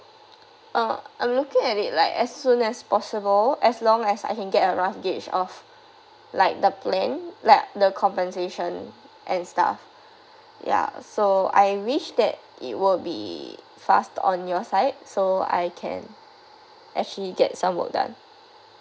uh I'm looking at it like as soon as possible as long as I can get a rough gauge of like the plan like the compensation and stuff ya so I wish that it will be fast on your side so I can actually get some work done